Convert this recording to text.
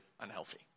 unhealthy